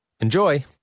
Enjoy